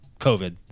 COVID